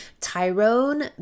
Tyrone